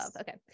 Okay